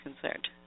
concerned